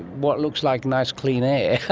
what looks like nice clean air,